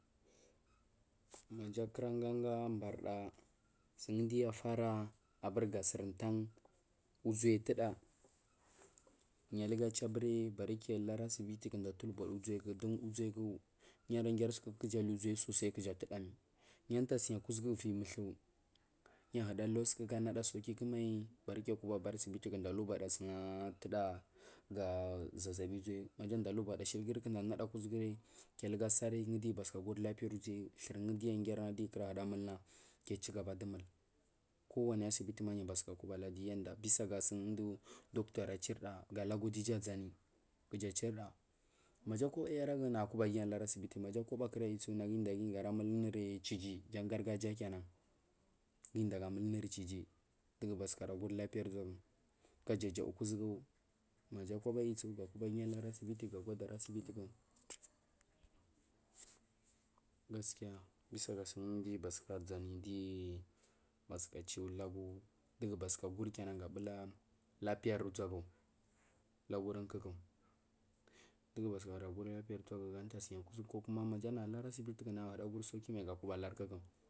Maja kuragaga banda sugu duyufara abunga sur tan uʒayu tuda yalgaju buri bari kiya lari sibiti guda tuche da uʒalya uʒaiku yara guri sukuku kujara li uʒayu kuja tuda mai yi tasiya kuʒugu viya multhu ya huɗa ulari suku nada saiki kumai bari kiya kuba lari sibite kunda labada suga atuda ga ʒaʒabi uʒayu maja nda ulubada ʒaʒabi uʒayu nada nada kuʒuʒu kilugasari kiyu guri lapiyar uʒayu thur duyu guri di kura huɗa mulda kichagabe dumul kowa asibite yu bathuka kuba hadi bisaga sundu doctoryari chirda galaugu duja aʒani kuja chirda manja koba yiragu yalari sibiti ma koba kura ragu gakuba ra mul unur chichi jan gargajiya kenan anu igumur guwa ga mul unur chichi dugu bathuka gu lapiya uʒagu ga ʒagnu kuʒugu maja koba yisu ga mal guyi alari sibite gagwadarri asibiti tsu gaskiya takasun diyu bathuka suni undiyu baskik basuka chu ndugu basuka giri ga bula lapiryar uʒagu lagorun kuku dugu bathuka guri lapiyari uʒagu ga tasiya kugugu ama manage mayi nagu alari asibiti mal kiyi ga kuba lari kuku.